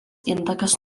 intakas